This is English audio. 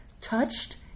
touched